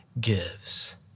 gives